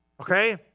Okay